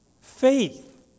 Faith